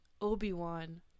obi-wan